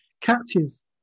catches